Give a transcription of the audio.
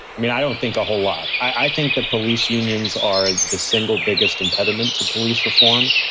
i mean, i don't think a whole lot. i think the police unions are the single biggest impediment to police reform.